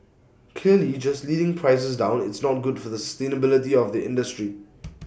clearly just leading prices down it's not good for the sustainability of the industry